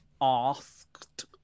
asked